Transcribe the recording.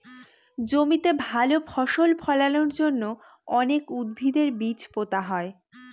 জমিতে ভালো ফসল ফলানোর জন্য অনেক উদ্ভিদের বীজ পোতা হয়